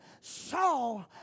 saw